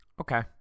Okay